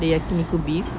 the yakiniku beef